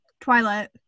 Twilight